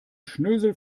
schnösel